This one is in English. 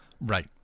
Right